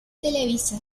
televisa